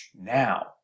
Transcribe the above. now